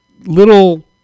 little